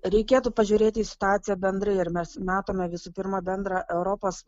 reikėtų pažiūrėti į situaciją bendrai ir mes matome visų pirma bendra europos